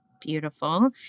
Beautiful